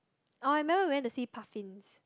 oh I remember we went to see puffins